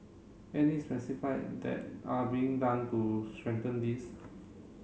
any specified that are being done to strengthen this